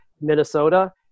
Minnesota